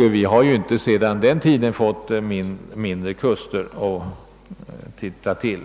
Vi har ju inte sedan den tiden fått kortare kuststräckor att bevaka!